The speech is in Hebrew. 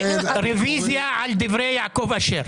רוויזיה על דברי יעקב אשר.